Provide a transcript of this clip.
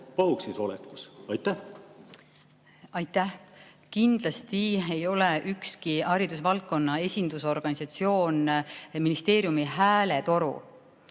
pahuksis olemises? Aitäh! Kindlasti ei ole ükski haridusvaldkonna esindusorganisatsioon ministeeriumi hääletoru.